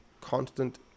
constant